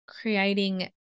creating